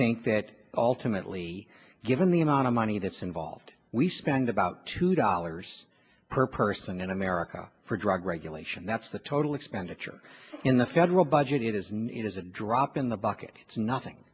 think that ultimately given the amount of money that's involved we spend about two dollars per person in america for drug regulation that's the total expenditure in the federal budget is nine is a drop in the bucket it's nothing